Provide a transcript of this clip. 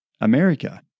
America